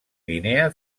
guinea